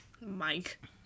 Mike